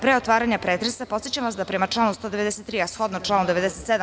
Pre otvaranja pretresa, podsećam vas da prema članu 193. a shodno članu 97.